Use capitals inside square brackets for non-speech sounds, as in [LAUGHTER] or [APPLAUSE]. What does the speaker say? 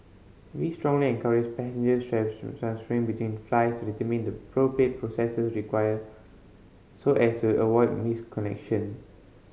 we strongly encourage passengers [UNINTELLIGIBLE] between flights to determine the appropriate processes required so as to avoid missed connection